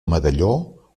medalló